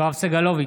יואב סגלוביץ'